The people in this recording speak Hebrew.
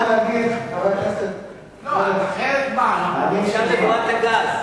אבל אתה חייב להבין שקודם כול,